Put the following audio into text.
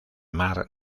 mar